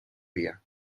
día